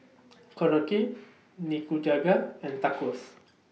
Korokke Nikujaga and Tacos